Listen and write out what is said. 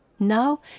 Now